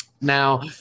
Now